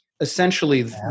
essentially